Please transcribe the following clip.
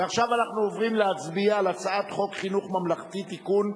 ועכשיו אנחנו עוברים להצביע על הצעת חוק חינוך ממלכתי (תיקון,